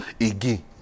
again